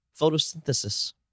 photosynthesis